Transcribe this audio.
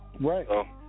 Right